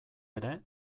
ere